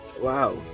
Wow